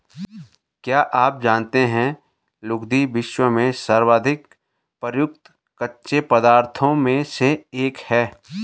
क्या आप जानते है लुगदी, विश्व में सर्वाधिक प्रयुक्त कच्चे पदार्थों में से एक है?